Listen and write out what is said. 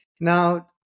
Now